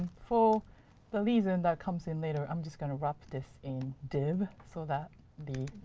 for the reason that comes in later, i'm just going to wrap this in div so that the